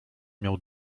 miał